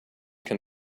can